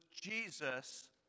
Jesus